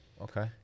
okay